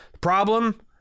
problem